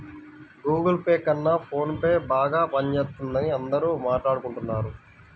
Google Pay కన్నా ఫోన్ పేనే బాగా పనిజేత్తందని అందరూ మాట్టాడుకుంటన్నారు